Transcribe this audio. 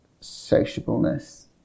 sociableness